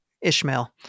Ishmael